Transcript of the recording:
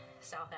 South